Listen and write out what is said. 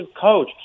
coach